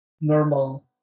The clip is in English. normal